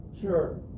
Sure